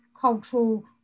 cultural